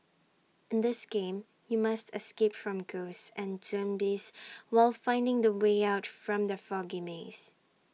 in this game you must escape from ghosts and zombies while finding the way out from the foggy maze